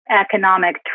economic